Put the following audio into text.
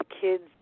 kids